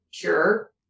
cure